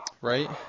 right